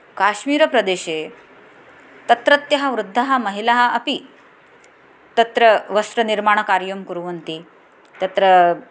काश्मीरप्रदेशे तत्रत्य वृद्धाः महिलाः अपि तत्र वस्त्रनिर्माणकार्यं कुर्वन्ति तत्र